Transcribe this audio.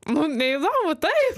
nu neidomu taip